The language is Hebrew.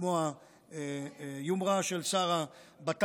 כמו היומרה של שר הבט"ל,